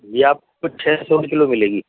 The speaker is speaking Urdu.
جی آپ کو چھ سو میں کلو مِلے گی